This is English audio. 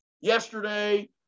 yesterday